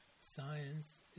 science